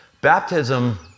Baptism